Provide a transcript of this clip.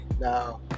Now